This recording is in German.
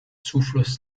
zufluss